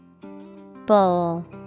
Bowl